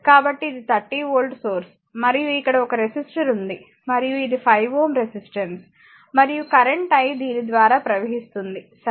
కాబట్టి ఇది 30 volt source మరియు ఇక్కడ ఒక రెసిస్టర్ ఉంది మరియు ఇది 5 Ω రెసిస్టెన్స్ మరియు కరెంట్ i దీని ద్వారా ప్రవహిస్తుంది సరే